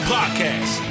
Podcast